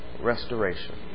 restoration